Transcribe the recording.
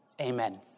Amen